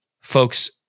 folks